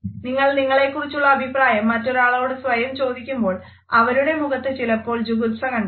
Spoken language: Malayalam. നിങ്ങൾ നിങ്ങളെക്കുറിച്ചുള്ള അഭിപ്രായം മറ്റൊരാളോട് സ്വയം ചോദിക്കുമ്പോൾ അവരുടെ മുഖത്തു ചിലപ്പോൾ ജുഗുപ്സ കണ്ടേക്കാം